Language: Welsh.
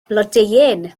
blodeuyn